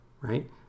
right